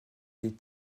des